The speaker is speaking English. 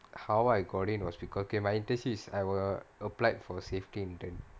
how I got in was because okay my internship was I were applied for safety intern